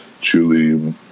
Julie